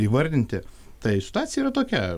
įvardinti tai situacija yra tokia